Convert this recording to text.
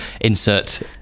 Insert